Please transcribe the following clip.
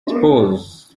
spurs